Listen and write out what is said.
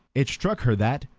it struck her that,